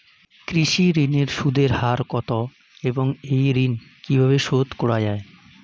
কৃষি ঋণের সুদের হার কত এবং এই ঋণ কীভাবে শোধ করা য়ায়?